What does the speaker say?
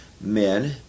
men